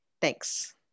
Thanks